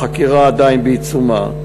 החקירה עדיין בעיצומה.